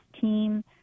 team